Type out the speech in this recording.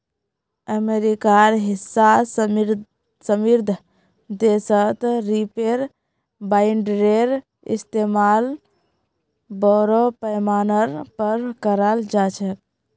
अमेरिकार हिस्सा समृद्ध देशत रीपर बाइंडरेर इस्तमाल बोरो पैमानार पर कराल जा छेक